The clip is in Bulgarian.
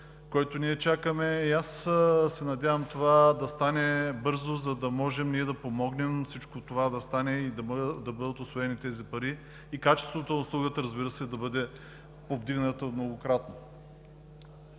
който ние чакаме. Аз се надявам това да стане бързо, за да можем да помогнем всичко това да се случи, да бъдат усвоени тези пари и качеството на услугата, разбира се, да бъде повдигнато многократно.